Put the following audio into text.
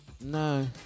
no